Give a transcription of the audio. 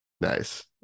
Nice